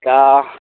तऽ